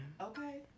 Okay